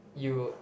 you